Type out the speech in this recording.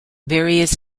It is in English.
various